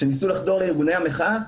כשהם ניסו לחדור לארגוני המחאה,